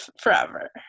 forever